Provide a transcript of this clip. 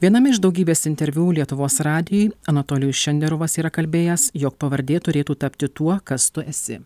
viename iš daugybės interviu lietuvos radijui anatolijus šenderovas yra kalbėjęs jog pavardė turėtų tapti tuo kas tu esi